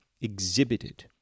exhibited